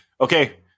Okay